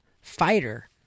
fighter